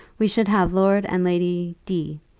we should have lord and lady d,